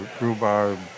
rhubarb